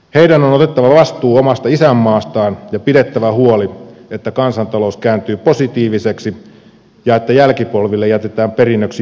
heidän on otettava vastuu omasta isänmaastaan ja pidettävä huoli että kansantalous kääntyy positiiviseksi ja että jälkipolville jätetään perinnöksi muutakin kuin velkaa